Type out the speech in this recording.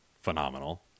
phenomenal